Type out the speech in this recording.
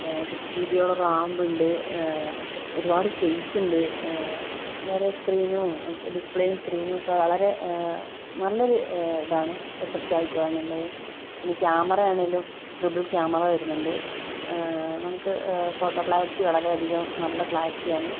six G B യോളം റാമുണ്ട് ഒരുപാട് സ്പേസ് ഉണ്ട് വേറെ സ്ക്രീനും ഡിസ്പ്ലേയും സ്ക്രീനും ഒക്കെ വളരെ നല്ലൊരു ഇതാണ് ഇഫക്റ്റ് ആയിട്ടാണുള്ളത് പിന്നെ ക്യാമറ ആണേലും ട്രിപ്പിൾ ക്യാമറ വരുന്നുണ്ട് നമുക്ക് ഫോട്ടോ ക്ലാരിറ്റി വളരെയധികം നല്ല ക്ലാരിറ്റി ആണ്